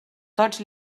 tots